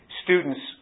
students